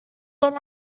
dann